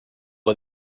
but